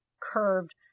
curved